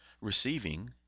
Receiving